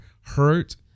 hurt